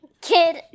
Kid